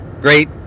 Great